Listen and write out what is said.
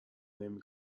نمی